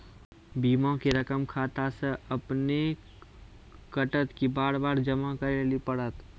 बीमा के रकम खाता से अपने कटत कि बार बार जमा करे लेली पड़त?